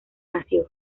nació